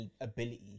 ability